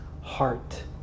heart